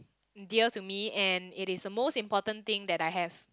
dear to me and it is a most important thing that I have